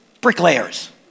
Bricklayers